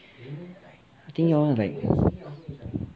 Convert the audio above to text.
I think yall like